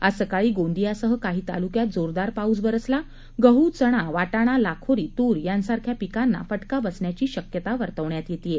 आज सकाळी गोंदिया सह काही तालुक्यात जोरदार पाऊस बरसला गहू चणावाटाणालाखोरी तूर यांसारख्या पिकांना फटका बसण्याची शक्यता वर्तवण्यात येत आहे